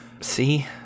See